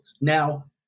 Now